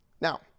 Now